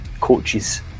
coaches